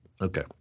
Okay